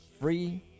free